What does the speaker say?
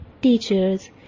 teachers